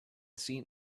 seen